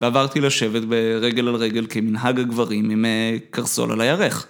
ועברתי לשבת ברגל על רגל כמנהג הגברים עם קרסול על הירך.